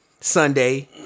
Sunday